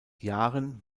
jahren